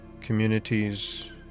communities